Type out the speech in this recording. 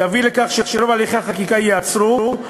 יביא לכך שרוב הליכי החקיקה ייעצרו,